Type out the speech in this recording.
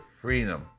freedom